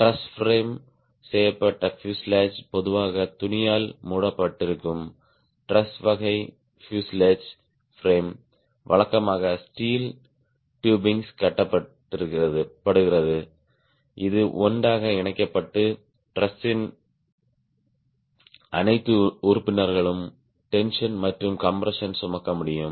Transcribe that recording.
dress frame செய்யப்பட்ட fuselage பொதுவாக துணியால் மூடப்பட்டிருக்கும் டிரஸ் வகை பியூசேலாஜ் பிரேம் வழக்கமாக ஸ்டீல் டுபிங்ஸ் கட்டப்படுகிறது இது ஒன்றாக இணைக்கப்பட்டு டிரஸின் அனைத்து உறுப்பினர்களும் டென்ஷன் மற்றும் கம்ப்ரெஸ்ஸின் சுமக்க முடியும்